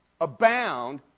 Abound